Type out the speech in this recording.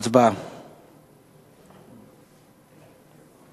ההצעה להעביר את